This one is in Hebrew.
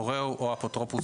הורהו (או האפוטרופוס,